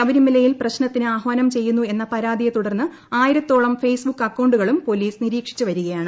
ശബരിമലയിൽ പ്രശ്നത്തിന് ആഹ്വാനം ചെയ്യുന്നു എന്ന പരാതിയെ തുടർന്ന് ആയിരത്തോളം ഫേസ് ബുക്ക് അക്കൌണ്ടുകളും പോലീസ് നിരീക്ഷിച്ച് വരികയാണ്